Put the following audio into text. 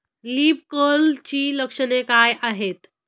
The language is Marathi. लीफ कर्लची लक्षणे काय आहेत?